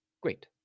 Great